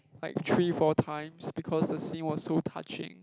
like three four times because the scene was so touching